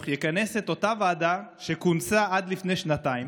יכנס את אותה ועדה שכונסה עד לפני שנתיים